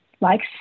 likes